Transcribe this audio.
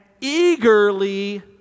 eagerly